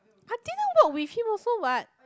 I didn't work with him also what